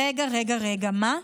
רגע, רגע, רגע, מה?